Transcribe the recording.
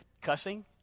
cussing